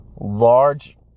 large